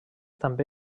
també